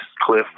cliff